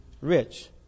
rich